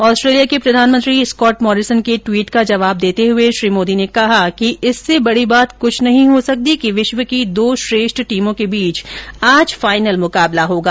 Australia के प्रधानमंत्री Scott Morrison के ट्वीट का जवाब देते हुए श्री मोदी ने कहा कि इससे बड़ी बात कुछ नहीं हो सकती कि विश्व की दो श्रेष्ठ टीमों के बीच आज फाइनल मुकाबला होगा